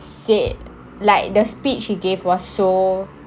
said like the speech he gave was so